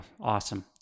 awesome